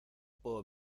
puedo